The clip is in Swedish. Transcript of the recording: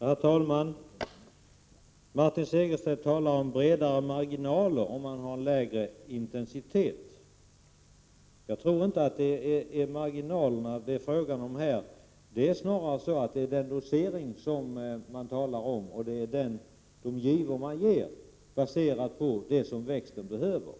Herr talman! Martin Segerstedt talar om bredare marginaler vid lägre intensitet. Jag tror inte att det är marginalerna det handlar om här. Det är snarare doseringen det handlar om. Man talar om de givor man ger, där innehållet är baserat på vad växten behöver.